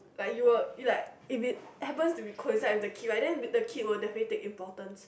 like you'll it like if it happen to coincide with the kid right then the kid will definitely take importance